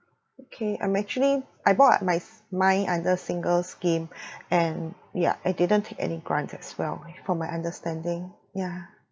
okay I'm actually I bought my mine under single scheme and ya I didn't take any grant as well from my understanding yeah